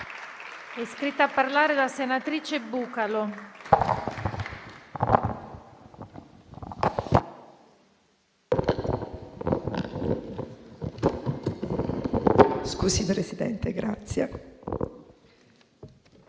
iscritta a parlare la senatrice Bucalo.